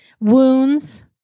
wounds